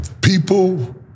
People